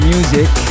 Music